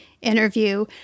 interview